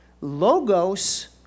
Logos